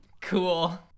Cool